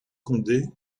condé